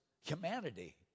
humanity